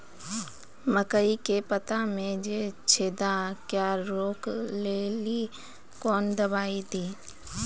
मकई के पता मे जे छेदा क्या रोक ले ली कौन दवाई दी?